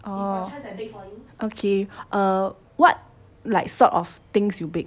oh okay um what like sort of things you bake